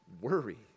worry